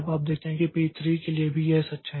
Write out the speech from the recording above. अब आप देखते हैं कि P3 के लिए भी यही सच है